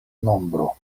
nombro